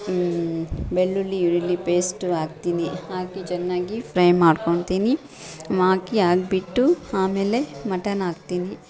ಬೆಳ್ಳುಳ್ಳಿ ಈರುಳ್ಳಿ ಪೇಸ್ಟು ಹಾಕ್ತೀನಿ ಹಾಕಿ ಚೆನ್ನಾಗಿ ಫ್ರೈ ಮಾಡ್ಕೊತೀನಿ ಹಾಕಿ ಆಗಿಬಿಟ್ಟು ಆಮೇಲೆ ಮಟನ್ ಹಾಕ್ತೀನಿ